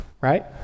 right